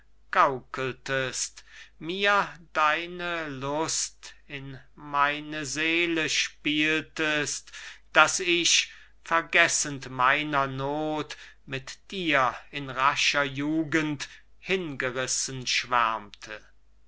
mir deine lust in meine seele spieltest daß ich vergessend meiner noth mit dir in rascher jugend hingerissen schwärmte